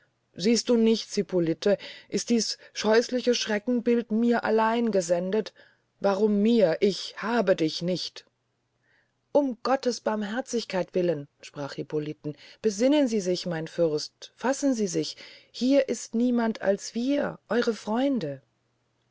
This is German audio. siehst du nichts hippolite ist dies scheußliche schreckenbild mir allein gesendet warum mir ich habe dich nicht um gottes barmherzigkeit willen sprach hippolite besinnen sie sich mein fürst fassen sie sich hier ist niemand als wir ihre freunde